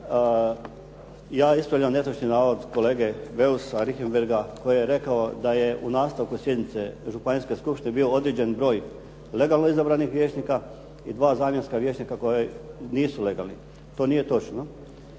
Ja ispravljam netočni navod kolege Beusa Richembergha koji je rekao da je u nastavku sjednice županijske skupštine bio određeni broj legalno izabranih vijećnika i dva zamjenska vijećnika koji nisu legalni. To nije točno.